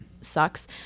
sucks